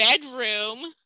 bedroom